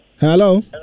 Hello